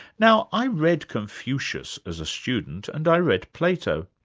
now i read confucius as a student, and i read plato.